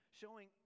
showing